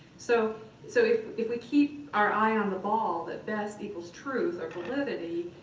so so if if we keep our eye on the ball, that best equals truth or validity,